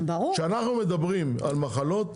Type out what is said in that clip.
כשאנחנו מדברים על מחלות,